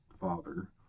father